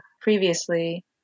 previously